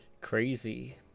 Crazy